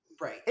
Right